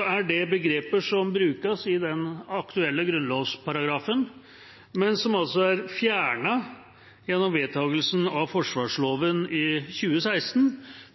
er det begreper som brukes i den aktuelle grunnlovsparagrafen, men som er fjernet gjennom vedtakelsen av forsvarsloven i 2016